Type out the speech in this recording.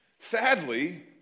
sadly